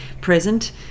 present